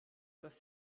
dass